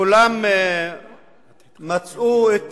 כולם מצאו את